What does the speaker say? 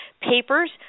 papers